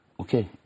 Okay